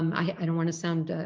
i don't want to sound,